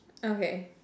okay